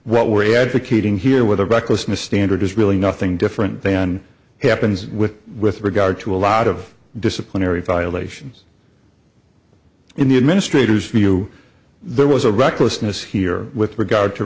what we're advocating here with a recklessness standard is really nothing different than happens with with regard to a lot of disciplinary violations in the administrators knew there was a recklessness here with regard to